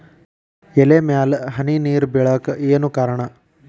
ಎಲೆ ಮ್ಯಾಲ್ ಹನಿ ನೇರ್ ಬಿಳಾಕ್ ಏನು ಕಾರಣ?